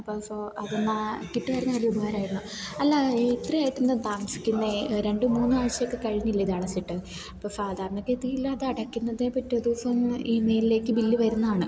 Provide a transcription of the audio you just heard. അപ്പം സോ അതെന്നാൽ കിട്ടിയിരുന്നതിൽ ഉപകാരമായിരുന്നു അല്ല ഇത്രയായിട്ടെന്താ താമസിക്കുന്നത് രണ്ട് മൂന്നു ആഴ്ചയൊക്കെ കഴിഞ്ഞില്ലേ ഇതടച്ചിട്ട് അപ്പം സാധാരണ ഗതിയിലതടക്കുന്നതേ പിറ്റേ ദിവസം ഈമെയിലിലേക്ക് ബില്ല് വരുന്നതാണ്